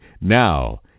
Now